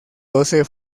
doce